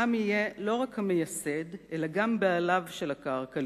העם יהיה לא רק המייסד אלא גם בעליו של הקרקע,